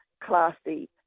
classy